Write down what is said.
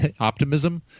optimism